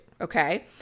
Okay